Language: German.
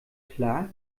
klar